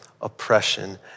oppression